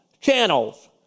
channels